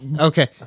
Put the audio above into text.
Okay